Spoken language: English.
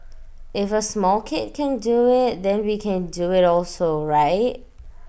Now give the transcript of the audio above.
if A small kid can do IT then we can do IT also right